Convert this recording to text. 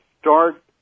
start